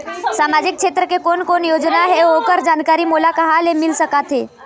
सामाजिक क्षेत्र के कोन कोन योजना हे ओकर जानकारी मोला कहा ले मिल सका थे?